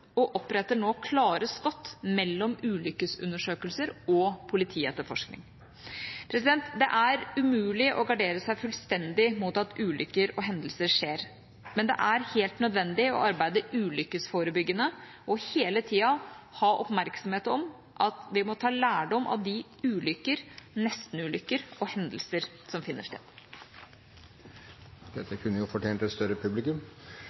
og oppretter nå klare skott mellom ulykkesundersøkelser og politietterforskning. Det er umulig å gardere seg fullstendig mot at ulykker og hendelser skjer, men det er helt nødvendig å arbeide ulykkesforebyggende og hele tida ha oppmerksomhet mot at vi må ta lærdom av de ulykker, nestenulykker og hendelser som finner sted. Dette kunne jo ha fortjent et større publikum.